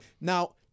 Now